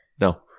No